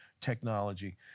technology